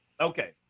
Okay